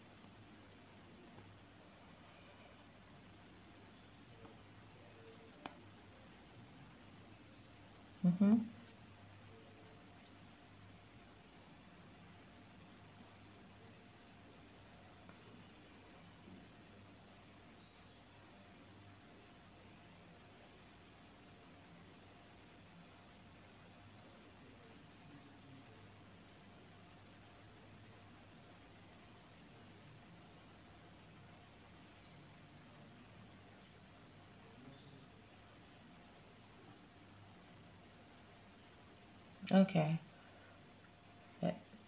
mmhmm okay yes